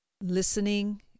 listening